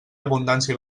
abundància